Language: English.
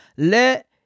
Let